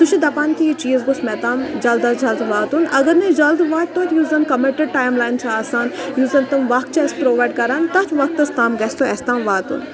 سُہ چھُ دَپان تہِ یہِ چیٖز گوٚژھ مےٚ تام جلد از جلد واتُن اگر نہٕ أسۍ جلد واتہِ توتہِ یُس زَن کَمٹِڈ ٹایِم لایِن چھِ آسان یُس زَن تم وقت چھِ اَسہِ پرٛووایِڈ کَران تَتھ وقتَس تام گژھِ تُہۍ اَسہِ تام واتُن